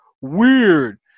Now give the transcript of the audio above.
Weird